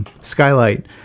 Skylight